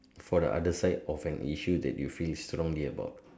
for the other side of an issue that you feel strongly about